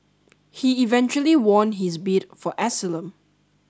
he eventually won his bid for asylum